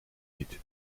niet